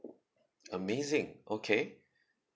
amazing okay